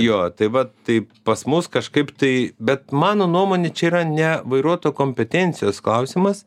jo tai va tai pas mus kažkaip tai bet mano nuomone čia yra ne vairuotojo kompetencijos klausimas